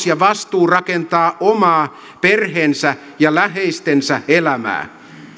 ja vastuu rakentaa omaa perheensä ja läheistensä elämää